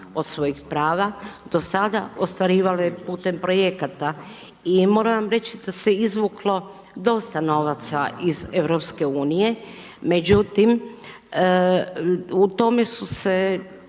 od svojih prava do sada ostvarivale putem projekata. I moram vam reći da se izvuklo dosta novaca iz EU, međutim, u tome su se